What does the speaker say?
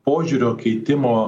požiūrio keitimo